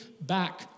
back